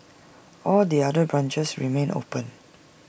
all the other branches remain open